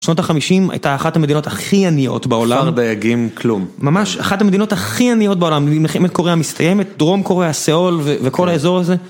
שנות החמישים הייתה אחת המדינות הכי עניות בעולם. כפר דייגים כלום. ממש, אחת המדינות הכי עניות בעולם. מלחמת קוריאה מסתיימת, דרום קוריאה, סאול וכל האזור הזה.